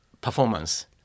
Performance